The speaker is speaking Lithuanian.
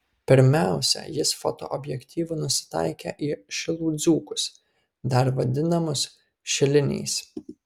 pirmiausia jis fotoobjektyvu nusitaikė į šilų dzūkus dar vadinamus šiliniais